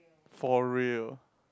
for real